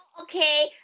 okay